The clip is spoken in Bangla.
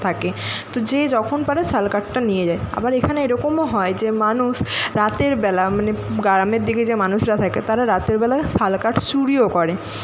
থাকে তো যে যখন পারে শাল কাঠটা নিয়ে যায় আবার এখানে এরকমও হয় যে মানুষ রাতের বেলা মানে গ্রামের দিকে যে মানুষরা থাকে তারা রাতের বেলায় শাল কাঠ চুরিও করে